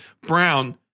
Brown